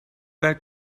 that